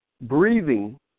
breathing